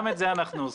גם את זה אנחנו עושים.